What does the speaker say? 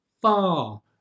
far